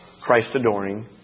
Christ-adoring